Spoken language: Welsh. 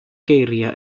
geiriau